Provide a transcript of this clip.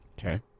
Okay